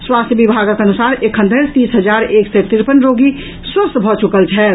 स्वास्थ्य विभागक अनुसार एखन धरि तीस हजार एक सय तिरपन रोगी स्वस्थ भऽ चुकल छथि